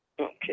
Okay